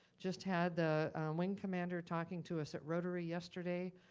just had the wing commander talking to us at rotary yesterday.